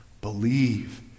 Believe